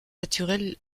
naturel